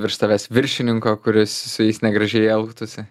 virš tavęs viršininko kuris su jais negražiai elgtųsi